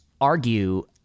argue